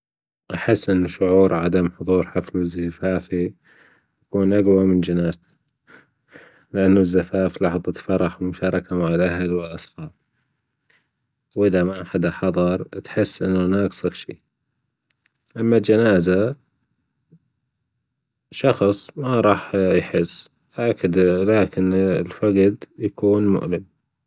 أحس أن شعور عدم حضور حفل زفافي يكون أجوى من جنازتي لأن الزفاف لحظة فرح ومشاركة مع الأهل والأصحاب وإذا ما حد حضر تحس أنو ناجصه شي أما الجنازة شخص ما رح يحس اك- لكن الفجد يكون مؤلم.